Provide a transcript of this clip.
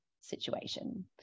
situation